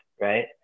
right